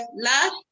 last